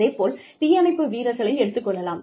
அதேபோல் தீயணைப்பு வீரர்களை எடுத்துக் கொள்ளலாம்